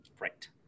Right